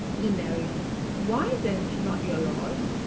lunarian why then should not your laws,